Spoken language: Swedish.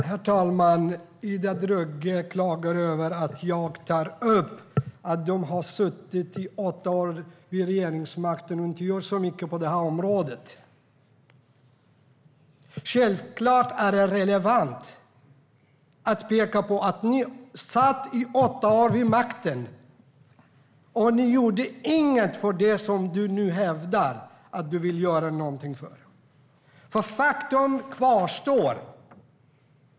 Herr talman! Ida Drougge klagar över att jag tar upp att Moderaterna har suttit vid regeringsmakten i åtta år och inte har gjort så mycket på det här området. Självklart är det relevant att peka på att ni satt vid makten i åtta år och inte gjorde något av det du nu hävdar att ni vill göra. Faktum kvarstår.